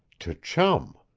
to chum!